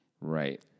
Right